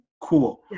Cool